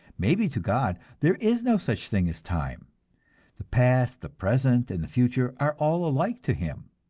maybe to god there is no such thing as time the past, the present, and the future are all alike to him.